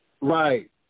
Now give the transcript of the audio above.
Right